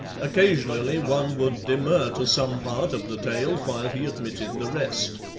occasionally one would demur to some part of the tale while he admitted the rest.